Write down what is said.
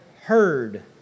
heard